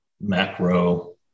macro